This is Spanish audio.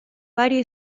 varios